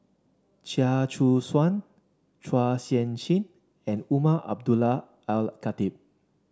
Chia Choo Suan Chua Sian Chin and Umar Abdullah Al Khatib